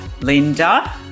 Linda